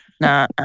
No